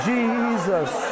Jesus